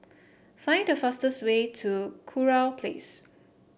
find the fastest way to Kurau Place